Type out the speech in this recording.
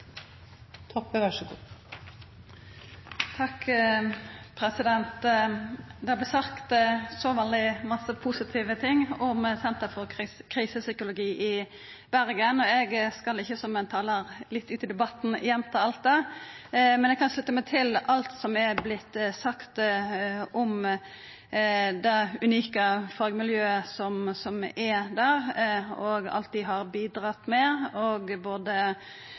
Det er vorte sagt så veldig mange positive ting om Senter for Krisepsykologi i Bergen, og eg skal ikkje, som ein talar litt ute i debatten, gjenta alt det, men eg kan slutta meg til alt som er vorte sagt om det unike fagmiljøet som er der, og alt dei har bidratt med – både